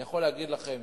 אני יכול להגיד לכם